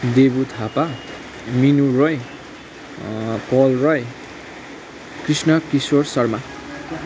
Debu Thapa Minu Roy Pal Roy Krishna Kishore Sharma